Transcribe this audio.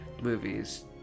movies